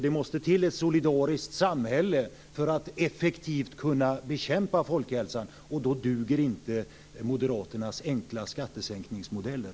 Det måste till ett solidariskt samhälle för att effektivt kunna bekämpa folkhälsan, och då duger inte moderaternas enkla skattesänkningsmodeller.